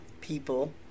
people